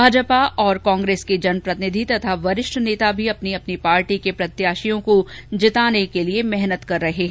भाजपा और कांग्रेस के जनप्रतिनिधि तथा वरिष्ठ नेता भी अपनी अपनी पार्टी के प्रत्याशियों को जिताने के लिये मेहनत कर रहे हैं